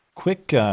Quick